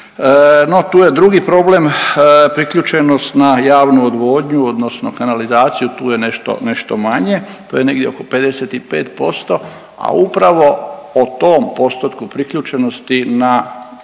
tu je drugi problem priključenost na javnu odvodnju odnosno kanalizaciju, tu je nešto, nešto manje. Tu je negdje oko 55%, a upravo o tom postotku priključenosti na kanalizaciju